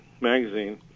magazine